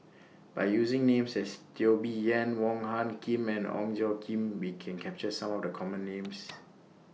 By using Names such as Teo Bee Yen Wong Hung Khim and Ong Tjoe Kim We Can capture Some of The Common Names